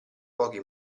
pochi